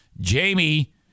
Jamie